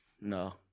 No